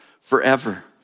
forever